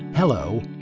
Hello